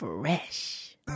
fresh